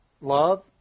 Love